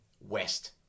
west